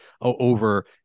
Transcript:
over